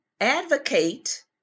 advocate